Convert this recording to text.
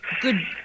good